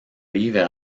livres